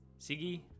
Siggy